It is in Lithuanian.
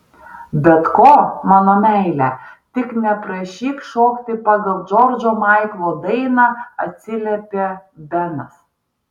bet ko mano meile tik neprašyk šokti pagal džordžo maiklo dainą atsiliepė benas